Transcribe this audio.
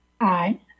Aye